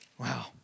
Wow